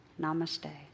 namaste